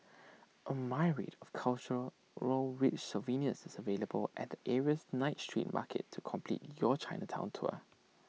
A myriad of cultural rich souvenirs is available at the area's night street market to complete your Chinatown tour